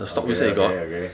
okay okay okay